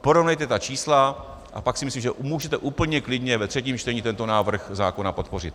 Porovnejte ta čísla, a pak si myslím, že můžete úplně klidně ve třetím čtení tento návrh zákona podpořit.